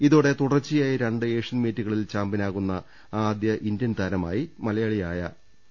ഇതോടെ തുടർച്ചയായി രണ്ട് ഏഷ്യൻ മീറ്റുകളിൽ ചാമ്പ്യനാകുന്ന ആദൃ ഇന്ത്യൻതാരമായി മലയാളിയായ പി